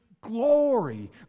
glory